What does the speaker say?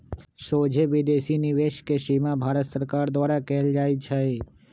सोझे विदेशी निवेश के सीमा भारत सरकार द्वारा कएल जाइ छइ